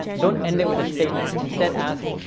don't end it with a statement. instead ask,